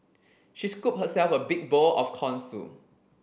she scooped herself a big bowl of corn soup